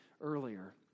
earlier